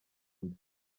nda